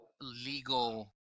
legal